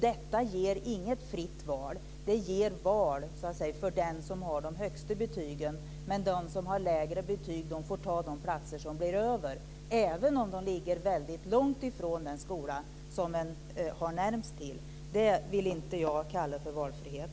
Detta ger inget fritt val utan valmöjligheter bara för dem som har de högsta betygen medan de som har lägre betyg får ta de platser som blir över. Så blir fallet även om de är väldigt långt belägna från den skola som ligger närmast till. Jag vill inte kalla det för valfrihet.